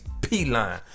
P-Line